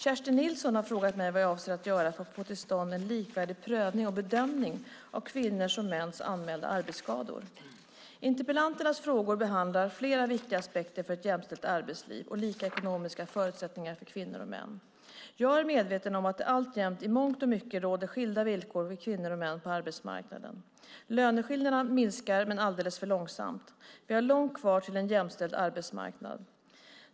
Kerstin Nilsson har frågat mig vad jag avser att göra för att få till stånd en likvärdig prövning och bedömning av kvinnors och mäns anmälda arbetsskador. Interpellanternas frågor behandlar flera viktiga aspekter för ett jämställt arbetsliv och lika ekonomiska förutsättningar för kvinnor och män. Jag är medveten om att det alltjämt i mångt och mycket råder skilda villkor för kvinnor och män på arbetsmarknaden. Löneskillnaderna minskar, men alldeles för långsamt. Vi har långt kvar till en jämställd arbetsmarknad.